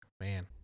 Man